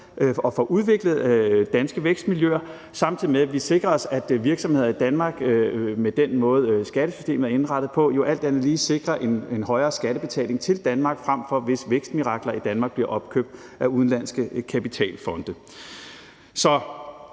og får udviklet danske vækstmiljøer, samtidig med at vi sikrer os, at virksomheder i Danmark med den måde, skattesystemet er indrettet på, jo alt andet lige sikrer en højere skattebetaling til Danmark, frem for hvis vækstmirakler i Danmark bliver opkøbt af udenlandske kapitalfonde. Der